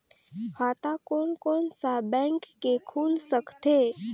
खाता कोन कोन सा बैंक के खुल सकथे?